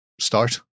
start